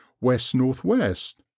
West-northwest